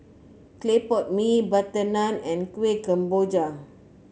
Clay Pot Mee butter naan and Kuih Kemboja